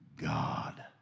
God